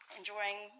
enjoying